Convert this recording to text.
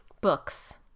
books